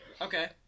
Okay